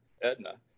Edna